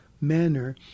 manner